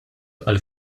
għall